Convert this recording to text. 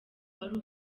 wari